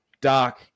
Doc